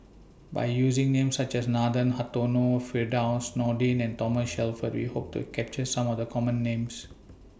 By using Names such as Nathan Hartono Firdaus Nordin and Thomas Shelford We Hope to capture Some of The Common Names